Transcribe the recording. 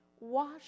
wash